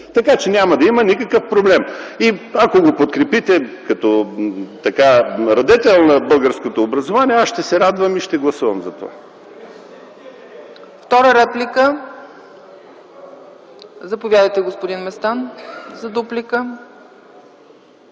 така че няма да има никакъв проблем. Ако го подкрепите, като радетел на българското образование аз ще се радвам и ще гласувам за това.